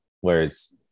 whereas